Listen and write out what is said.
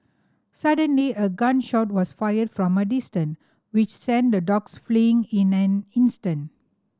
suddenly a gun shot was fired from a distance which sent the dogs fleeing in an instant